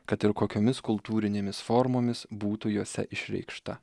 kad ir kokiomis kultūrinėmis formomis būtų jose išreikšta